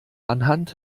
anhand